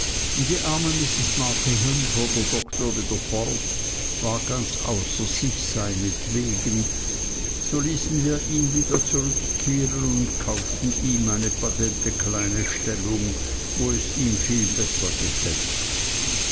die arme mrs markleham fuhr der doktor wieder fort war ganz außer sich seinetwegen so ließen wir ihn wieder zurückkehren und kauften ihm eine patente kleine stellung wo es ihm viel besser gefällt